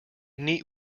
neat